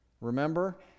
Remember